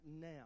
now